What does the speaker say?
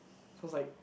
sounds like